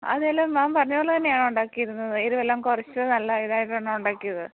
അതെല്ലാം മാം പറഞ്ഞത് പോലെ തന്നെയാണ് ഉണ്ടാക്കിയിരുന്നത് എരിവെല്ലാം കുറച്ച് നല്ല ഇതായിട്ടാണ് ഉണ്ടാക്കിയത്